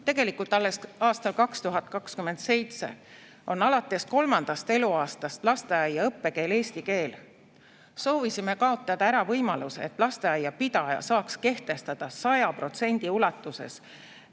tegelikult alles aastal 2027, on alates laste kolmandast eluaastast lasteaia õppekeel eesti keel. Soovisime kaotada ära võimaluse, et lasteaia pidaja saaks kehtestada 100% ulatuses